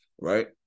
Right